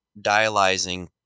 dialyzing